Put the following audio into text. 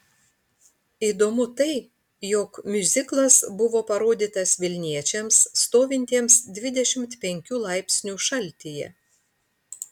įdomu tai jog miuziklas buvo parodytas vilniečiams stovintiems dvidešimt penkių laipsnių šaltyje